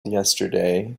yesterday